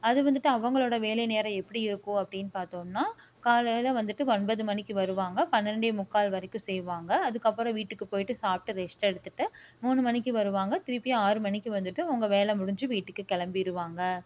அது வந்துட்டு அவங்களோடய வேலை நேரம் எப்படி இருக்கும் அப்படின்னு பார்த்தோம்னா காலையில் வந்துட்டு ஒன்பது மணிக்கு வருவாங்க பன்னெண்டே முக்கால் வரைக்கும் செய்வாங்க அதுக்கப்புறம் வீட்டுக்கு போய்ட்டு சாப்பிட்டு ரெஸ்ட் எடுத்துகிட்டு மூணு மணிக்கு வருவாங்க திருப்பியும் ஆறு மணிக்கு வந்துட்டு அவங்க வேலை முடிஞ்சு வீட்டுக்கு கிளம்பிருவாங்க